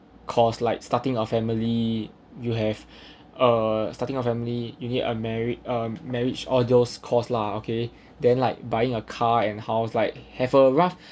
cost like starting a family you have uh starting a family you need a married a marriage all those cost lah okay then like buying a car and house like have a rough